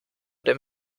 dem